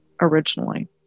originally